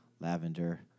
lavender